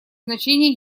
значение